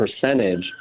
percentage